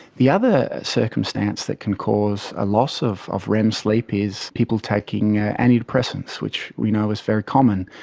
the other circumstance that can cause a loss of of rem sleep is people taking antidepressants, which we know is very common.